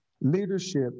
leadership